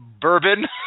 bourbon